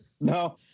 No